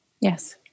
Yes